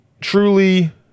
truly